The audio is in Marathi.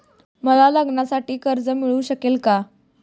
मला लग्नासाठी कर्ज मिळू शकेल का?